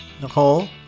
Nicole